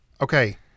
Okay